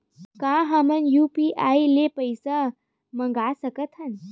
का हमन ह यू.पी.आई ले पईसा मंगा सकत हन?